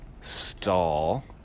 stall